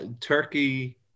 turkey